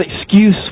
excuse